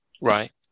Right